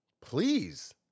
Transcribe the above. Please